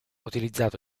utilizzato